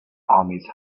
armies